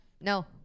No